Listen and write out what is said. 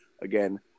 again